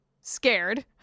scared